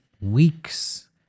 weeks